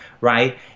right